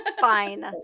Fine